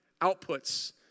outputs